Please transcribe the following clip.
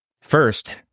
First